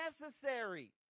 necessary